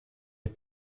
les